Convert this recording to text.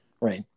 right